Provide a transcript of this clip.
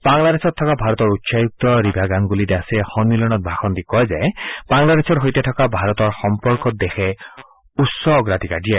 বাংলাদেশত থকা ভাৰতৰ উচ্চায়ুক্ত ৰিভা গাংগুলী দাসে সন্মিলনত ভাষণ দি কয় যে বাংলাদেশৰ সৈতে থকা ভাৰতৰ সম্পৰ্কত দেশে উচ্চ অগ্ৰাধিকাৰ দিয়ে